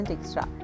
Extra